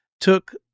took